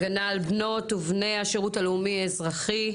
הגנה על בנות ובני השירות הלאומי האזרחי,